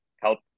help